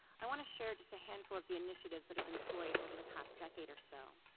i want to share just a handful of the initiatives that have been employed over the past decade or so.